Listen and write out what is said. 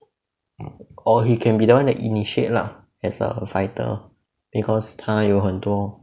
or he can be the one that initiate lah as a fighter because 他有很多